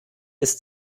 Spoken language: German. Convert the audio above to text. ist